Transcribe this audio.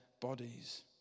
bodies